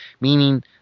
meaning